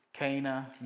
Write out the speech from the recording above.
Cana